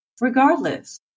Regardless